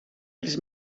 els